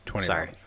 Sorry